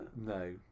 No